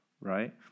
right